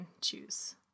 choose